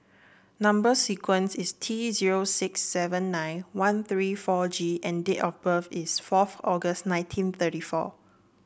number sequence is T zero six seven nine one three four G and date of birth is fourth August nineteen thirty four